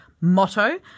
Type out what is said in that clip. motto